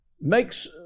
makes